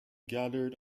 gathered